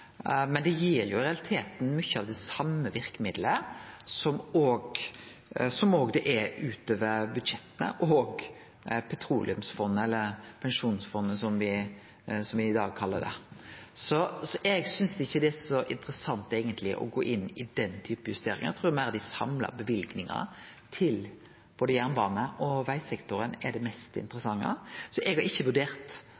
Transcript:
men det gir jo i realiteten mykje av det same verkemidlet som det òg er utover budsjettet og petroleumsfondet, eller pensjonsfondet, som me i dag kallar det. Eg synest ikkje det er så interessant eigentleg å gå inn i den typen justeringar. Eg trur meir at dei samla løyvingane til både jernbane og vegsektoren er det mest